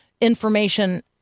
information